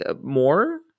more